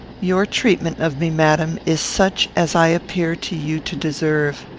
your treatment of me, madam, is such as i appear to you to deserve.